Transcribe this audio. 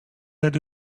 that